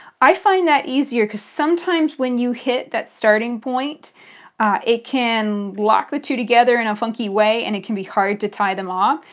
i find that easier because sometimes when you hit that starting point it can lock the two together in a funky way and it can be hard to tie them off.